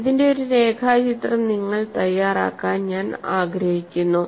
ഇതിന്റെ ഒരു രേഖാചിത്രം നിങ്ങൾ തയ്യാറാക്കാൻ ഞാൻ ആഗ്രഹിക്കുന്നു